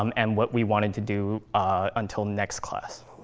um and what we wanted to do until next class.